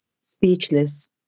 speechless